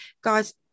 Guys